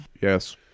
Yes